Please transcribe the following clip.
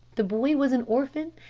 the boy was an orphan,